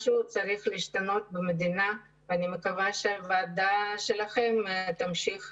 משהו צריך להשתנות במדינה ואני מקווה שהוועדה שלכם תמשיך